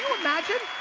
imagine?